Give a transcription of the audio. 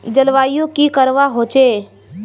जलवायु की करवा होचे?